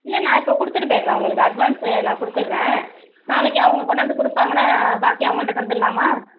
இல்லை நான் இப்போ கொடுத்துட்டு போய்டுறேன் உங்களுக்கு அட்வான்ஸு நான் கொடுத்துட்றேன் நாளைக்கு அவங்க கொண்டாந்து கொடுப்பாங்கள்ல பாக்கி அவங்கள்ட்ட தந்துடலாமா